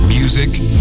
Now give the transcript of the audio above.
Music